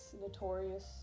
notorious